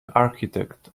architect